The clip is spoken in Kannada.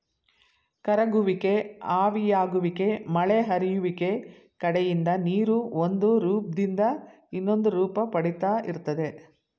ಕರಗುವಿಕೆ ಆವಿಯಾಗುವಿಕೆ ಮಳೆ ಹರಿಯುವಿಕೆ ಕಡೆಯಿಂದ ನೀರು ಒಂದುರೂಪ್ದಿಂದ ಇನ್ನೊಂದುರೂಪ ಪಡಿತಾ ಇರ್ತದೆ